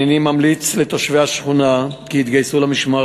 הנני ממליץ לתושבי השכונה כי יתגייסו למשמר